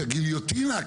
שגיליוטינה,